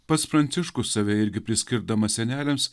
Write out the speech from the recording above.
pats pranciškus save irgi priskirdamas seneliams